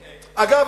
אגב,